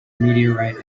meteorite